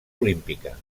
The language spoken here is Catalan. olímpica